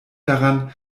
daran